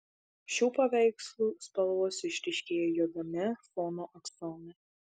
šių paveikslų spalvos išryškėja juodame fono aksome